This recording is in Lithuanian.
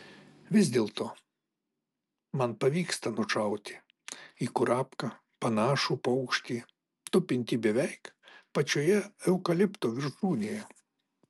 vis dėlto man pavyksta nušauti į kurapką panašų paukštį tupintį beveik pačioje eukalipto viršūnėje